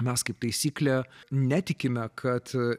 mes kaip taisyklė netikime kad